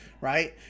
right